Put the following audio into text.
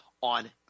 on